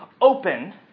open